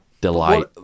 delight